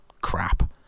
crap